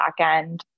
backend